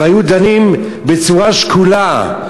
והיו דנים בצורה שקולה,